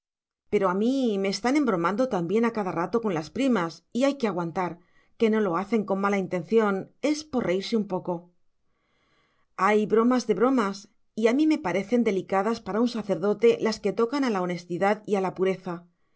pero a mí me están embromando también a cada rato con las primas y hay que aguantar que no lo hacen con mala intención es por reírse un poco hay bromas de bromas y a mí me parecen delicadas para un sacerdote las que tocan a la honestidad y a la pureza